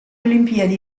olimpiadi